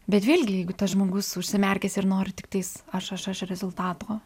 bet vėlgi jeigu tas žmogus užsimerkęs ir nori tiktais aš aš aš rezultato